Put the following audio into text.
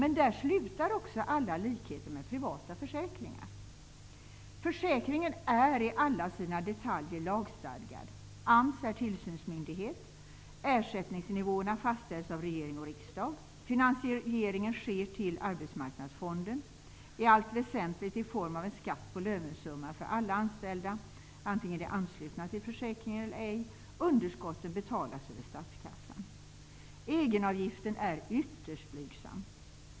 Men där slutar också alla likheter med privata försäkringar. Försäkringen är i alla sina detaljer lagstadgad. AMS är tillsynsmyndighet. Ersättningsnivåerna fastställs av regering och riksdag. Finansieringen sker till Arbetsmarknadsfonden, i allt väsentligt i form av en skatt på lönesumman för alla anställda -- vare sig de är anslutna till försäkringen eller ej. Underskotten betalas över statskassan. Egenavgiften är ytterst blygsam.